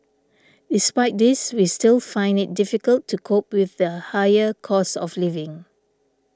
despite this we still find it difficult to cope with the higher cost of living